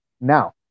Now